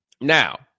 Now